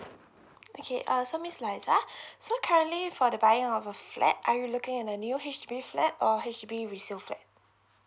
okay uh so miss liza so currently for the buying of a flat are you looking at the new H_D_B flat or H_D_B resale flat